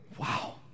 wow